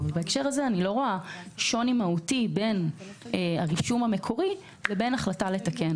בהקשר הזה אני לא רואה שוני מהותי בין הרישום המקורי לבין החלטה לתקן.